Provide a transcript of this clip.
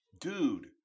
Dude